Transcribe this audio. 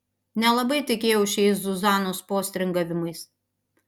nelabai tikėjau šiais zuzanos postringavimais